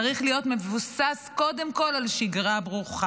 להיות מבוסס קודם כול על שגרה ברוכה,